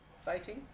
Fighting